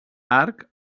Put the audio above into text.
arc